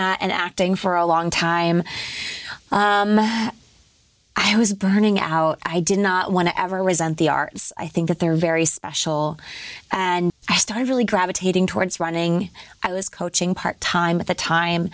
that and acting for a long time i was burning out how i did not want to ever resent the arts i think that they're very special and i started really gravitating towards running i was coaching part time at the time